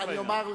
דרך אגב,